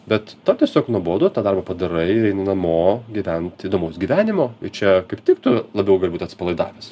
bet tau tiesiog nuobodu tą darbą padarai ir namo gyvent įdomaus gyvenimo čia kaip tik tu labiau gali būt atsipalaidavęs